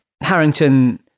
Harrington